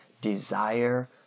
desire